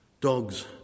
Dogs